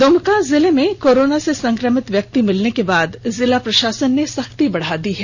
द्मका जिले में कोरोना के संक्रमित व्यक्ति मिलने के बाद जिला प्रषासन ने सख्ती बढ़ा दी है